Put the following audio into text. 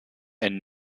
and